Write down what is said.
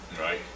right